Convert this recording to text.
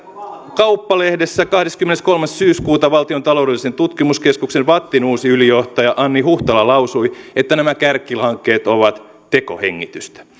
kauppalehdessä kahdeskymmeneskolmas syyskuuta valtion taloudellisen tutkimuskeskuksen vattin uusi ylijohtaja anni huhtala lausui että nämä kärkihankkeet ovat tekohengitystä